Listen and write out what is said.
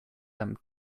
them